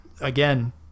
again